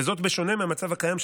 וזאת בשונה מהמצב הקיים,